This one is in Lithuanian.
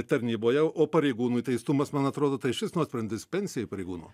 tarnyboje o pareigūnui teistumas man atrodo tai išvis nuosprendis pensijai pareigūno